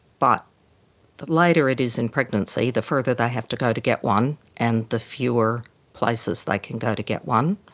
but the later it is in pregnancy, the further they have to go to get one and the fewer places they like can go to get one.